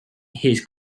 his